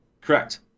Correct